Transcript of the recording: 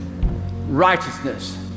righteousness